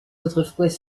autrefois